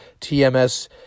TMS